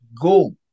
go